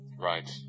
Right